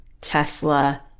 Tesla